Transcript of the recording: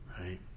Right